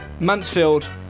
Mansfield